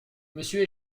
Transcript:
monsieur